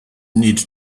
need